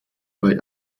bei